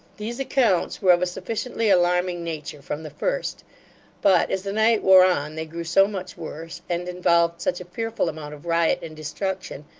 these accounts were of a sufficiently alarming nature from the first but as the night wore on, they grew so much worse, and involved such a fearful amount of riot and destruction,